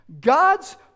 God's